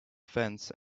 fence